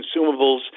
consumables